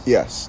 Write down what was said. Yes